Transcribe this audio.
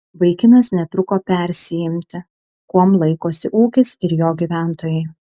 vaikinas netruko persiimti kuom laikosi ūkis ir jo gyventojai